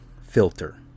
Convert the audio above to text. filter